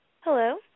Hello